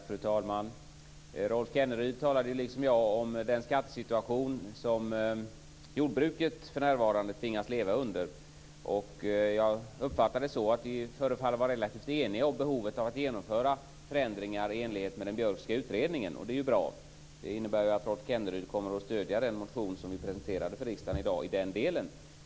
Fru talman! Rolf Kenneryd talade liksom jag om den skattesituation som jordbruket för närvarande tvingas att leva i. Jag uppfattar det så att vi förefaller vara relativt eniga om behovet av att genomföra förändringar i enlighet med den Björkska utredningen, och det är bra. Det innebär att Rolf Kenneryd kommer att stödja den motion som vi presenterade för riksdagen i dag i den delen.